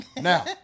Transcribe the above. Now